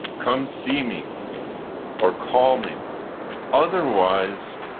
come see me or call me otherwise,